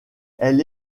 elle